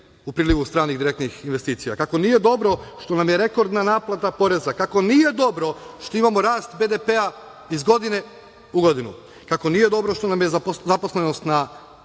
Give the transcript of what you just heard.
u prilivu stranih, direktnih investicija. Kako nije dobro što nam je rekordna naplata poreza, kako nije dobro što imamo rast BDP-a iz godine u godinu, kako nije dobro što nam je zaposlenost na